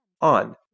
on